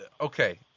okay